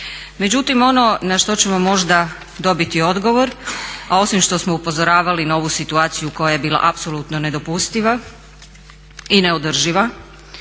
Međutim, ono na što ćemo možda dobiti odgovor, a osim što smo upozoravali na ovu situaciju koja je bila apsolutno nedopustiva i neodrživa